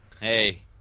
Hey